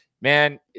man